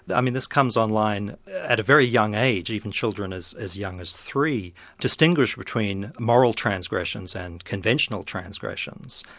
i mean, this comes on line at a very young age, even children as as young as three distinguish between moral transgressions and conventional transgressions.